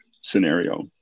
scenario